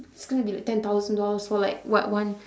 it's going to be like ten thousand dollars for like what one